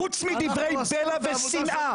חוץ מדברי בלע ושנאה.